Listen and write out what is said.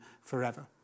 forever